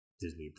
disney